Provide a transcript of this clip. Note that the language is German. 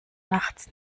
nachts